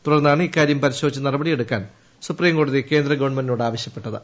തുടർന്നാണ് ഇക്കാര്യം പരിശോധിച്ച് നടപടി എടുക്ക്ട്ൻ സുപ്രീം കോടതി കേന്ദ്ര ഗവൺമെന്റിനോട് ആവശ്യപ്പെട്ടിത്